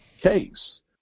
case